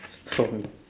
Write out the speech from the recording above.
for me